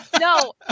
No